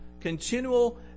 continual